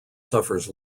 suffers